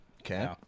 okay